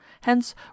Hence